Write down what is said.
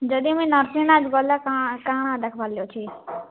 ଯଦି ମୁଁଇ ନୃସିଂହନାଥ ଗଲେ କାଁଣ କାଁଣ ଦେଖିବାର୍ ଅଛି